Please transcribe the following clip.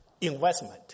Investment